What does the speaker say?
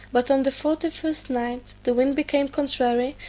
but on the forty-first night the wind became contrary,